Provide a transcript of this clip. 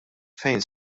fejn